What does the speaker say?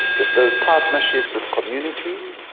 we build partnerships with communities,